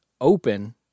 open